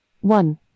One